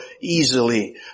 easily